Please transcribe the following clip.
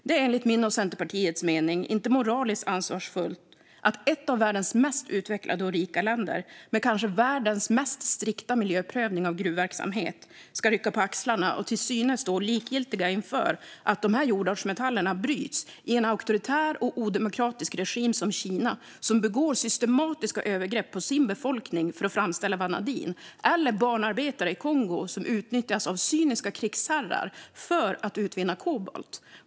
Det är enligt min och Centerpartiets mening inte moraliskt ansvarsfullt att ett av världens mest utvecklade och rika länder, med kanske världens mest strikta miljöprövning av gruvverksamhet, ska rycka på axlarna och till synes stå likgiltigt inför att dessa jordartsmetaller bryts i en auktoritär och odemokratisk regim som Kina, som begår systematiska övergrepp på sin befolkning för att framställa vanadin, eller av barnarbetare i Kongo som utnyttjas av cyniska krigsherrar för att utvinna kobolt.